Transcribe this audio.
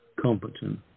competent